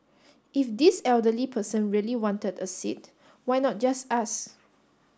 if this elderly person really wanted a seat why not just ask